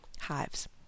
hives